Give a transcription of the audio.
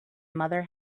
mother